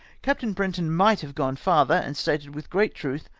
captain brenton might have gone farther, and stated with great truth,